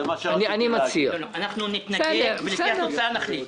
אנחנו נתנגד, ולפי התוצאה נחליט.